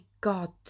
god